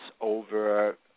over